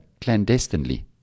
clandestinely